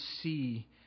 see